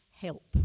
Help